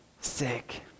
sick